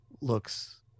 looks